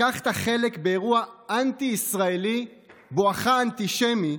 לקחת חלק באירוע אנטי-ישראלי בואכה אנטישמי,